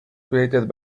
created